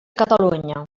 catalunya